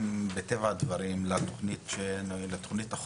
זה קשור גם מטבע הדברים לתוכנית החומש.